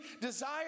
desire